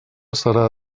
serà